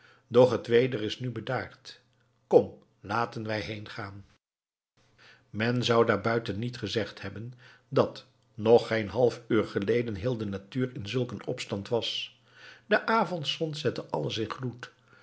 doch het weder is nu bedaard kom laten wij er heengaan men zou daar buiten niet gezegd hebben dat nog geen half uur geleden heel natuur in zulk een opstand was de avondzon zette alles